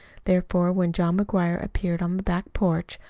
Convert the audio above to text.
therefore, when john mcguire appeared on the back porch,